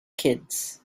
kids